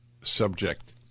subject